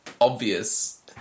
obvious